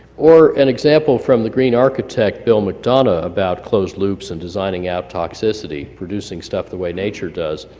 or an example from the green architect, bill mcdonough about closed loops and designing out toxicity producing stuff the way nature does.